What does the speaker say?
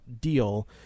deal